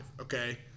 Okay